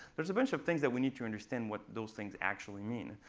there's a bunch of things that we need to understand what those things actually mean.